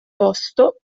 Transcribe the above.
posto